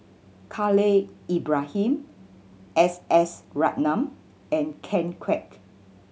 Khalil Ibrahim S S Ratnam and Ken Kwek